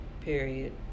period